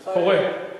קורה.